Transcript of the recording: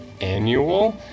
annual